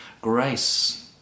grace